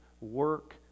work